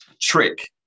trick